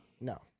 no